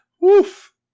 Woof